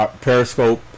Periscope